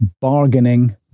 bargaining